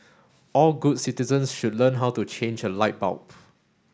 all good citizens should learn how to change a light bulb